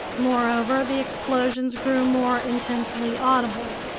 moreover, the explosions grew more intensely audible.